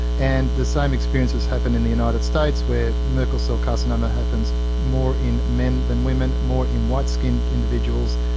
and the same experience has happened in the united states where merkel cell carcinoma happens more in men than women, more in white skinned individuals.